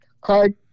card